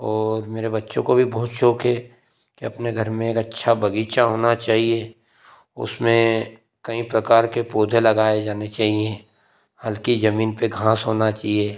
और मेरे बच्चों को भी बहुत शौक है कि अपने घर में एक अच्छा बगीचा होना चाहिए उसमें कई प्रकार के पौधे लगाए जाने चाहिए हल्की जमीन पे घास होना चाहिए